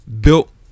built